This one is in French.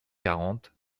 quarante